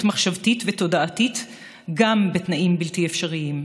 מחשבתית ותודעתית גם בתנאים בלתי אפשריים.